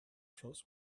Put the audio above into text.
through